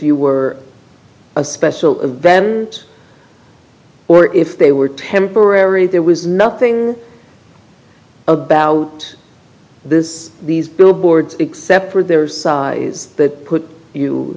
you were a special event or if they were temporary there was nothing about this these billboards except for theirs that put you